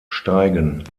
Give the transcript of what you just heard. steigen